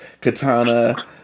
Katana